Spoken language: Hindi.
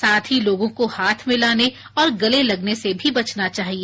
साथ ही लोगों को हाथ मिलाने और गले गलने से भी बचना चाहिए